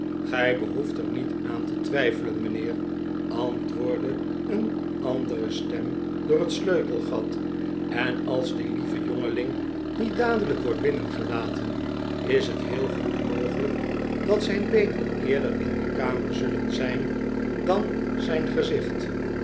gij behoeft er niet aan te twijfelen mijnheer antwoordde een andere stem door het sleutelgat en als die lieve jongeling niet dadelijk wordt binnengelaten is het heel goed mogelijk dat zijn beenen eerder in de kamer zullen zijn dan zijn gezicht